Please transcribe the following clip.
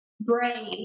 brave